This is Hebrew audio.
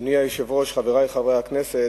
אדוני היושב-ראש, חברי חברי הכנסת,